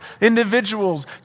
individuals